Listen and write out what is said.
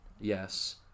yes